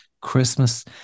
Christmas